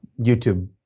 YouTube